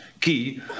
key